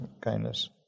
kindness